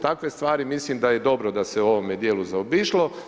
Takve stvari mislim da je dobro da se u ovome dijelu zaobišlo.